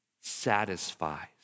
satisfies